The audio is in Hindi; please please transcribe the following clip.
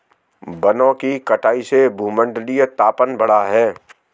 वनों की कटाई से भूमंडलीय तापन बढ़ा है